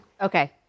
Okay